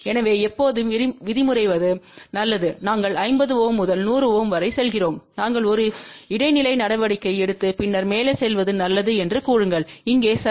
எனவே எப்போதும் விதிமுறைவது நல்லது நாங்கள் 50 முதல் 100 வரை செல்கிறோம் நாங்கள் ஒரு இடைநிலை நடவடிக்கை எடுத்து பின்னர் மேலே செல்வது நல்லது என்று கூறுங்கள் இங்கே சரி